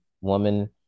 woman